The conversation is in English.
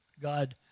God